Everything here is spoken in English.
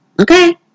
Okay